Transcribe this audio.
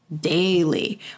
daily